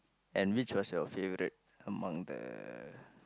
and which was your favourite among the